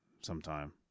sometime